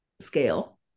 scale